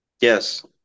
Yes